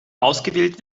ausgewählt